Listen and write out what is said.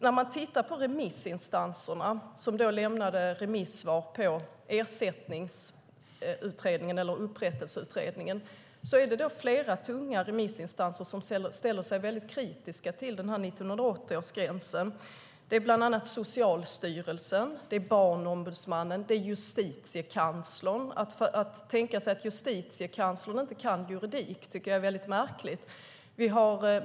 När man tittar på remissinstanserna, som lämnade remissvar på Upprättelseutredningen, är det flera tunga remissinstanser som ställer sig kritiska till 1980-gränsen. Det är bland annat Socialstyrelsen, Barnombudsmannen och Justitiekanslern. Att tänka sig att Justitiekanslern inte kan juridik tycker jag är märkligt.